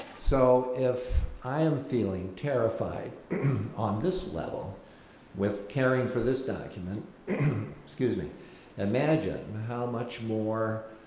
so if i'm feeling terrified on this level with caring for this document excuse me imagine and how much more